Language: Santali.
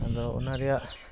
ᱟᱫᱚ ᱚᱱᱟ ᱨᱮᱭᱟᱜ